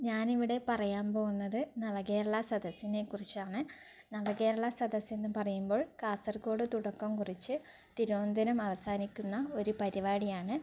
ഞാനിവിടെ പറയാൻ പോകുന്നത് നവ കേരള സദസ്സിനെ കുറിച്ചാണ് നവ കേരള സദസ്സ് എന്ന് പറയുമ്പോൾ കാസർഗോഡ് തുടക്കം കുറിച്ച് തിരുവനന്തപുരം അവസാനിക്കുന്ന ഒരു പരിപാടിയാണ്